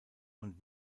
und